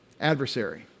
Adversary